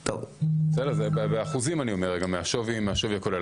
--- בסדר, אני אומר באחוזים מהשווי הכולל.